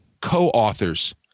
co-authors